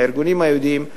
הארגונים היהודיים,